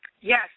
Yes